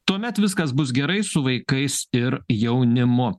tuomet viskas bus gerai su vaikais ir jaunimu